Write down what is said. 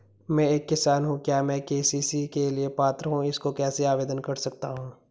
मैं एक किसान हूँ क्या मैं के.सी.सी के लिए पात्र हूँ इसको कैसे आवेदन कर सकता हूँ?